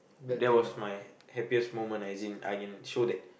that was my happiest moment lah as in I can show that